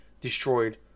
destroyed